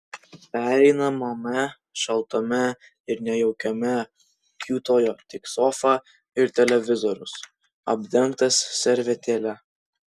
pereinamame šaltame ir nejaukiame kiūtojo tik sofa ir televizorius apdengtas servetėle